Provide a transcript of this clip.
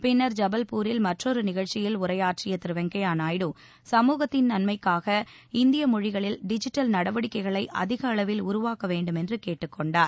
பின்னர் நிகழ்ச்சியில் ஜபல்பூரில் மற்றொரு உரையாற்றிய திரு வெங்கப்ய நாயுடு சமூகத்தின் நன்மைக்காக இந்திய மொழிகளில் டிஜிட்டல் நடவடிக்கைகளை அதிக அளவில் உருவாக்க வேண்டுமென்று கேட்டுக் கொண்டார்